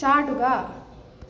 ചാടുക